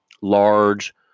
large